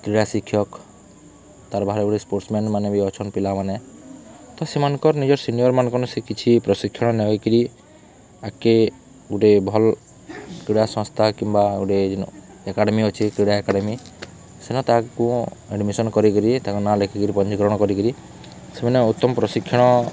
କ୍ରୀଡ଼ା ଶିକ୍ଷକ ତାର ଗୋଟେ ସ୍ପୋର୍ଟସମ୍ୟାନମାନେ ବି ଅଛନ୍ତି ପିଲାମାନେ ତ ସେମାନଙ୍କର ନିଜର ସିନିଅରମାନଙ୍କର ସେ କିଛି ପ୍ରଶିକ୍ଷଣ ନେଇକରି ଆଗେ ଗୋଟେ ଭଲ କ୍ରୀଡ଼ା ସଂସ୍ଥା କିମ୍ବା ଗୋଟେ ଏକାଡେମି ଅଛି କ୍ରୀଡ଼ା ଏକାଡେମୀ ସେମିତି ତାକୁ ଆଡମିସନ କରିକିରି ତାଙ୍କ ନାଁ ଲେଖିକରି ପଞ୍ଜୀକରଣ କରିକିରି ସେମାନେ ଉତ୍ତମ ପ୍ରଶିକ୍ଷଣ